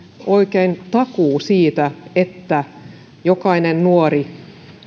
oikein takuu siitä että jokainen nuori